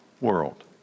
world